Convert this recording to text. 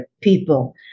people